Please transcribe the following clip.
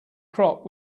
crop